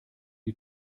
die